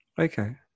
Okay